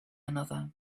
another